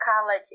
college